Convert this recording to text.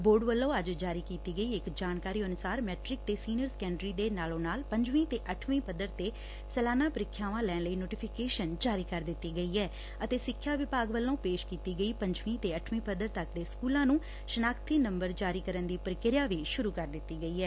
board ਵੱਲੋਂ ਅੱਜ ਜਾਰੀ ਕੀਤੀ ਗਈ ਜਾਣਕਾਰੀ ਅਨੁਸਾਰ ਮੈਟ੍ਕਿ ਤੇ ਸੀਨੀਅਰ ਸੈਕੰਡਰੀ ਦੇ ਨਾਲੋ ਨਾਲ ਪੰਜਵੀਂ ਤੇ ਅੱਠਵੀਂ ਪੱਧਰ ਤੇ ਸਲਾਨਾ ਪ੍ਰੀਖਿਆਵਾਂ ਲੈਣ ਲਈ ਨੋਟੀਫਿਕੇਸ਼ਨ ਜਾਰੀ ਕਰ ਦਿੱਤੀ ਗਈ ਏ ਅਤੇ ਸਿੱਖਿਆ ਵਿਭਾਗ ਵੱਲੋਂ ਪੇਸ਼ ਕੀਤੀ ਗਈ ਪੰਜਵੀਂ ਤੇ ਅੱਠਵੀਂ ਪੱਧਰ ਤੱਕ ਦੇ ਸਕੁਲਾਂ ਨੂੰ ਸ਼ਨਾਖ਼ਤੀ ਨੰਬਰ ਜਾਰੀ ਕਰਨ ਦੀ ਪ੍ਕਿਰਿਆ ਵੀ ਸੁਰੂ ਕਰ ਦਿੱਤੀ ਗਈ ਐ